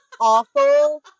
awful –